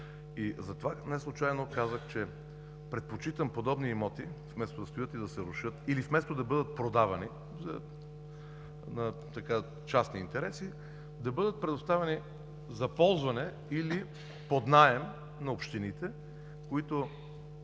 Затова неслучайно казах, че предпочитам подобни имоти, вместо да стоят и да се рушат или вместо да бъдат продавани на частни интереси, да бъдат предоставяни за ползване или под наем на общините, които